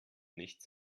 nichts